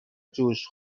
جوش